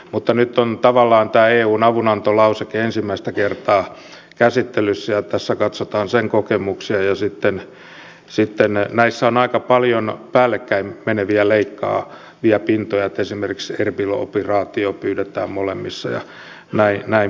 mutta nyt on tavallaan tämä eun avunantolauseke ensimmäistä kertaa käsittelyssä ja tässä katsotaan sen kokemuksia ja sitten näissä on aika paljon päällekkäin meneviä leikkaavia pintoja esimerkiksi erbil operaatioon pyydetään molemmissa ja näin poispäin